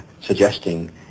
suggesting